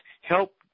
help